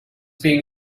being